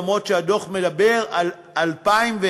למרות שהדוח מדבר על 2011,